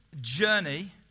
journey